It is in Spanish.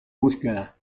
búsqueda